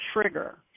trigger